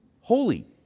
holy